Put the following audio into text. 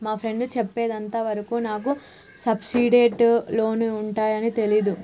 మా ఫ్రెండు చెప్పేంత వరకు నాకు సబ్సిడైజ్డ్ లోన్లు ఉంటయ్యని తెలీదు